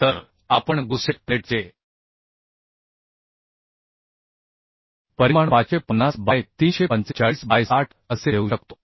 तर आपण गुसेट प्लेटचे परिमाण 550 बाय 345 बाय 60 असे देऊ शकतो